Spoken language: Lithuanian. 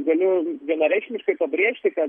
galiu vienareikšmiškai pabrėžti kad